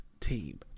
team